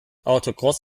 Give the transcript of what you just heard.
autocross